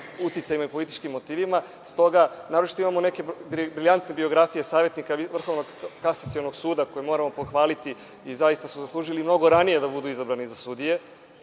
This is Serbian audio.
uticajima i političkim motivima. Naročito imamo neke brilijantne biografije savetnika Vrhovnog kasacionog suda, koje moramo pohvaliti i zaista su zaslužili da budu ranije izabrani za sudije. Što